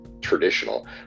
traditional